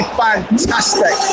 fantastic